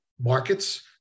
markets